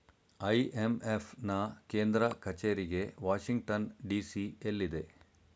IMF ನಾ ಕೇಂದ್ರ ಕಚೇರಿಗೆ ವಾಷಿಂಗ್ಟನ್ ಡಿ.ಸಿ ಎಲ್ಲಿದೆ